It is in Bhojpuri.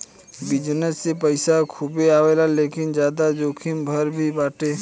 विजनस से पईसा खूबे आवेला लेकिन ज्यादा जोखिम भरा भी बाटे